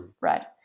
right